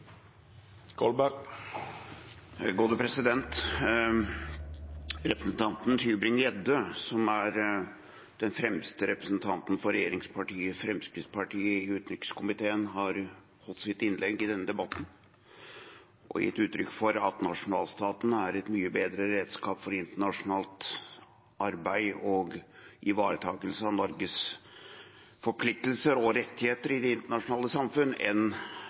Representanten Tybring-Gjedde, som er den fremste representanten for regjeringspartiet Fremskrittspartiet i utenrikskomiteen, har hatt sitt innlegg i denne debatten og gitt uttrykk for at nasjonalstaten er et mye bedre redskap for internasjonalt arbeid og ivaretakelse av Norges forpliktelser og rettigheter i det internasjonale samfunn enn